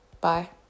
bye